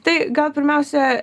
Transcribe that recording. tai gal pirmiausia